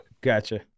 Gotcha